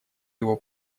его